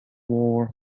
war